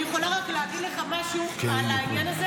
אני יכולה רק להגיד לך משהו על העניין הזה